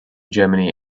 germany